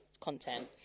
content